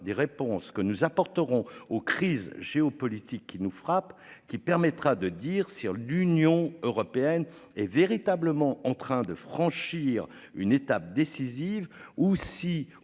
des réponses que nous apporterons aux crises géopolitiques qui nous frappe qui permettra de dire sur le l'Union européenne est véritablement en train de franchir une étape décisive ou si